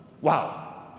Wow